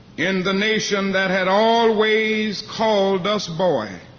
in the nation that had always called us boy.